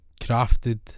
crafted